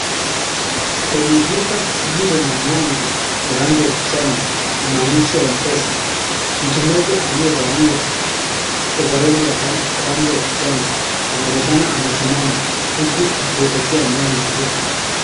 Kwenye duka lililona mlango wa rangi ya kijani na maandishi ya M-PESA, mtu mmoja aliyevalia ovaroli ya rangi ya kijani anaonekana amesimama uku akielekea ndani ya duka.